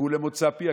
חיכו למוצא פיה,